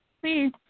please